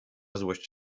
złość